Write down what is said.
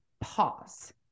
pause